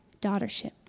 daughtership